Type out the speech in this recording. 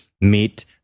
meet